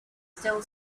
still